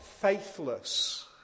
faithless